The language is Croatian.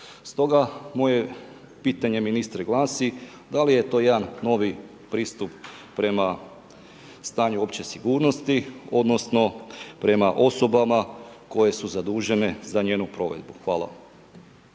Stoga moje pitanje ministre glasi, da li je to jedan novi pristup prema stanju opće sigurnosti, odnosno prema osobama koje su zadužene za njenu provedbu. Hvala.